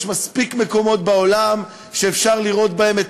יש מספיק מקומות בעולם שאפשר לראות בהם את